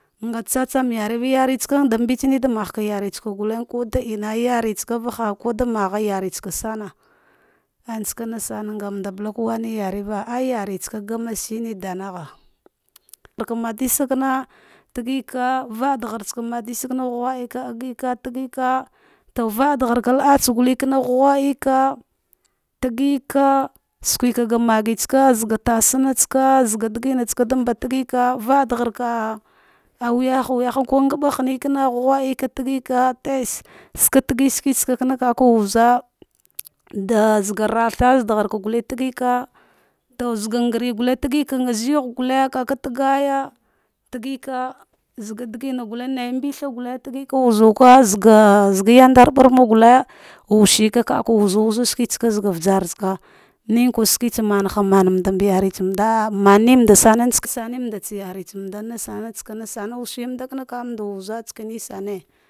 Ngate tsatsan yareva yara, tsaka da mbene da meka yare tsaka gute, kuta ina yantsavavaha yaritsava sama ah savena, ngan balgea wam yarva aja yartisaka gane, shine da nagha dagmadishika natagiva vadaragh tsaka madishe ghudeka dagika vadagharva laatsa ka ghudika tagika su keke ga magitsaka zaga tasantsaka ga digina tsa ka tagika vada gharka ah wuvaha wuyaha kangba hinaka ghudika tis sake digisake tsaka da wuza zaga ratha zadarghaka tagika to zahngare tsaka zeghegute vaka tagaya, tagika zaga digina gale kaka tagaya za tigika numbetsa gule tigika wuzuka zuga bandarmbarma gule sushirka ka wuzu wuza zaga vjartsaka, ne kwa shinki tha mahammadama yare tsamanda, mamensamema da shire sare susamand tsaneansama kaman wuza shinaisane.